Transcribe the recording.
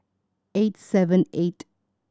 eight seven eight